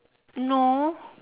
no